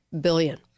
billion